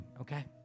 okay